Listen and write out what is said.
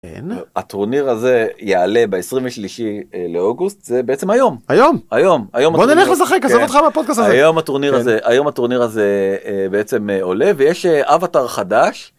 הטורניר הזה יעלה ב23 לאוגוסט זה בעצם היום היום היום היום היום הטורניר הזה היום הטורניר הזה בעצם עולה ויש אבטר חדש.